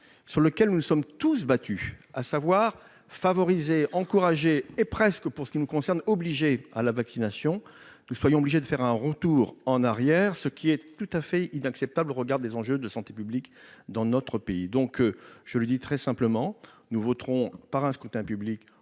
sur lequel nous nous sommes tous battus à savoir favoriser, encourager et presque pour ce qui nous concerne, obligé à la vaccination, nous soyons obligés de faire un retour en arrière, ce qui est tout à fait inacceptable au regard des enjeux de santé publique dans notre pays, donc je le dis très simplement, nous voterons par un scrutin public